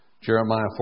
Jeremiah